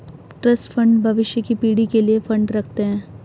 trust fund भविष्य की पीढ़ी के लिए फंड रखते हैं